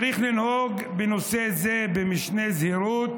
צריך לנהוג בנושא זה במשנה זהירות,